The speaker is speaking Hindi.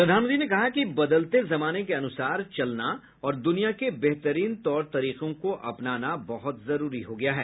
प्रधानमंत्री ने कहा कि बदलते जमाने के अनुसार चलना और दुनिया के बेहतरीन तौर तरीकों को अपनाना बहुत जरूरी हो गया है